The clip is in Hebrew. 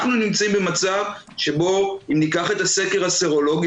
אנחנו נמצאים במצב שבו אם ניקח את הסקר הסרולוגי